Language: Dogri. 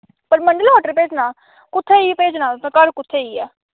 परमंडलों ऑर्डर भेजना कु'त्थें जेही भेजना तुसें घर कु'त्थें जेही ऐ